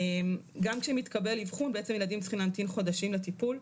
גם כשמתקבל אבחון ילדים צריכים להמתין חודשים לטיפול.